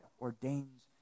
ordains